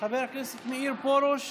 חבר הכנסת מאיר פרוש.